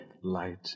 light